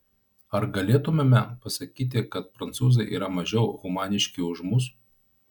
ar galėtumėme pasakyti kad prancūzai yra mažiau humaniški už mus